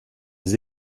des